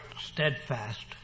steadfast